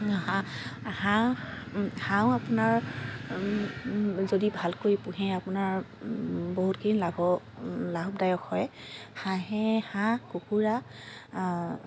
হাঁহ আপোনাৰ যদি ভালকৈ পোহে আপোনাৰ বহুতখিনি লাভদায়ক হয় হাঁহ কুকুৰা